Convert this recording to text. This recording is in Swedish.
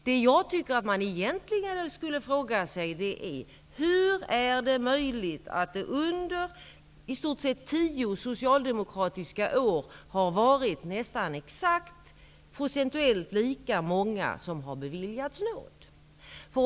Det jag tycker att man egentligen skulle fråga sig är: Hur är det möjligt att det under i stort sett tio soicaldemokratiska år har varit nästan exakt procentuellt lika många som har beviljats nåd?